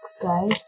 guys